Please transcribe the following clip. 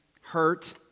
hurt